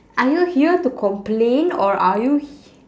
are you here to complain or are you h~